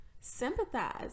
sympathize